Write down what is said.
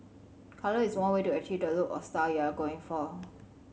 colour is one way to achieve the look or style you're going for